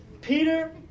Peter